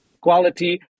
quality